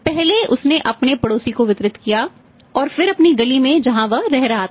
पहले उसने अपने पड़ोसी को वितरित किया और फिर अपनी गली में जहाँ वह रह रहा था